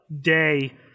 day